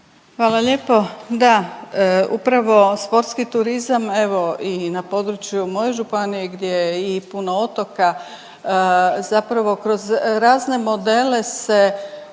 Hvala lijepo. Da, upravo sportski turizam, evo i na području moje županije gdje je i puno otoka, zapravo kroz razne modele se